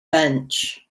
bench